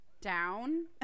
down